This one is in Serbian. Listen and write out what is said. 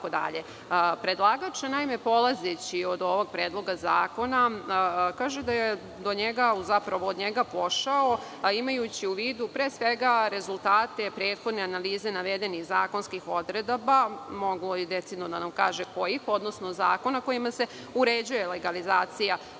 itd. Predlagač, naime, polazeći od ovog predloga zakona, kaže da je od njega pošao, imajući u vidu pre svega rezultate prethodne analize navedenih zakonskih odredaba, mogao je decidno da nam kaže i kojih, odnosno zakona kojima se uređuje legalizacija